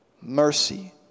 mercy